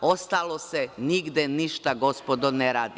Ostalo se nigde i ništa, gospodo, ne radi.